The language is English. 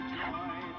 joy